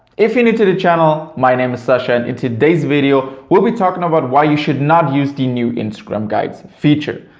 if you're new to the channel my name is sascha and in today's video we'll be talking about why you should not use the new instagram guides feature.